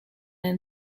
and